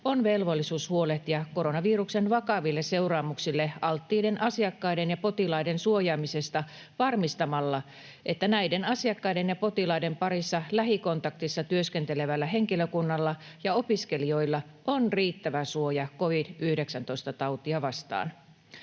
on velvollisuus huolehtia koronaviruksen vakaville seuraamuksille alttiiden asiakkaiden ja potilaiden suojaamisesta varmistamalla, että näiden asiakkaiden ja potilaiden parissa lähikontaktissa työskentelevällä henkilökunnalla ja opiskelijoilla on riittävä suoja covid-19-tautia vastaan.